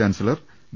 chancellor V